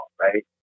right